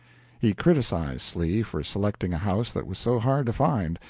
he criticized slee for selecting a house that was so hard to find,